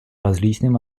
различным